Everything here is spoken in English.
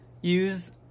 use